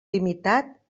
limitat